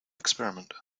experiment